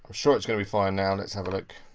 sure it's gonna be fine now. let's have a look.